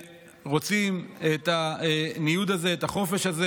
שרוצים את הניוד הזה, את החופש הזה.